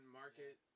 market